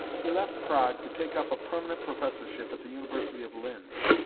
he left prague to take up a permanent professorship at the university of linz.